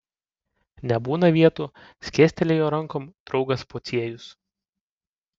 nebūna vietų skėstelėjo rankom draugas pociejus